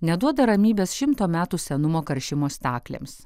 neduoda ramybės šimto metų senumo karšimo staklėms